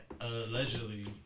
allegedly